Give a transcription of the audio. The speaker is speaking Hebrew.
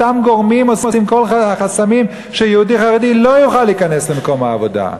אותם גורמים עושים חסמים שיהודי חרדי לא יוכל להיכנס למקום העבודה.